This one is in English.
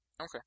Okay